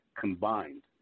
combined